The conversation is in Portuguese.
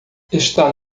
está